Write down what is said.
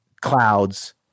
clouds